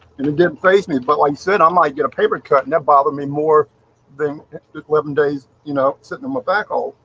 and it didn't faze me. but like i said, i might get a paper cut and that bothered me more than eleven days you know sitting on my back home,